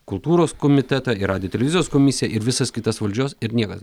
kultūros komitetą ir radijo televizijos komisiją ir visas kitas valdžios ir niekas